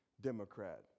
Democrat